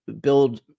build